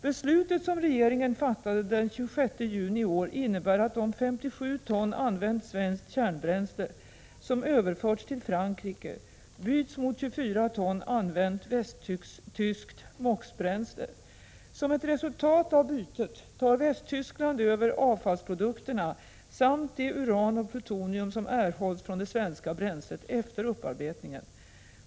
Beslutet som regeringen fattade den 26 juni i år innebär att de 57 ton använt svenskt kärnbränsle som överförts till Frankrike byts mot 24 ton använt västtyskt MOX-bränsle. Som ett resultat av bytet tar Västtyskland över avfallsprodukterna samt det uran och plutonium som erhålls från det svenska bränslet efter upparbetningen.